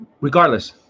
regardless